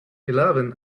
eleven